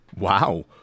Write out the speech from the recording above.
Wow